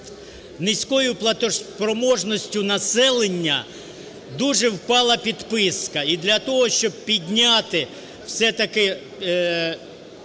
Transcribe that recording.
низькою платоспроможністю населення дуже впала підписка. І для того, щоб підняти все-таки